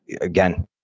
again